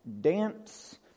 dance